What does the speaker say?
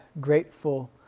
grateful